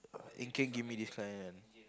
give me this client one